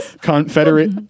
Confederate